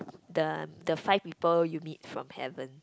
the the Five People You Meet from Heaven